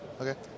Okay